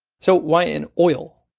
so why in oil?